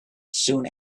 soon